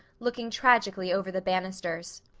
looking tragically over the banisters.